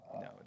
No